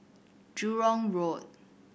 Jurong Road